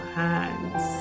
hands